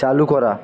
চালু করা